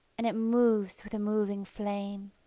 and it moves with the moving flame.